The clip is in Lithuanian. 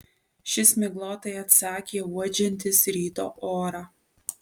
šis miglotai atsakė uodžiantis ryto orą